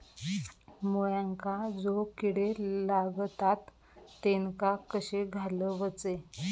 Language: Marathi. मुळ्यांका जो किडे लागतात तेनका कशे घालवचे?